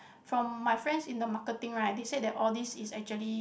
from my friend in the marketing right they say that all this is actually